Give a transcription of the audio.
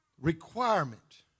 requirement